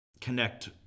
connect